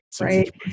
Right